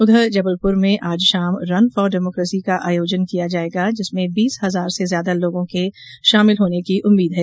उधर जबलपुर में आज शाम रन फार डेमोकेसी का आयोजन किया जाएगा जिसमें बीस हजार से ज्यादा लोगों के शामिल होने की उम्मीद है